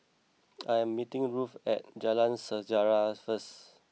I am meeting Ruthe at Jalan Sejarah first